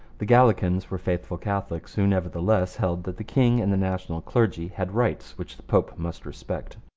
the gallicans were faithful catholics who nevertheless held that the king and the national clergy had rights which the pope must respect.